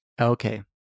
Okay